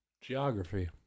Geography